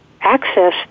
access